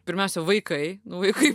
pirmiausia vaikai nu vaikai